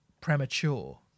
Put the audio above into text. premature